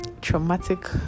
traumatic